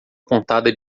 pontada